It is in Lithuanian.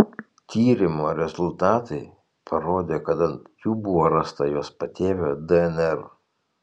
tyrimo rezultatai parodė kad ant jų buvo rasta jos patėvio dnr